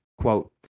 Quote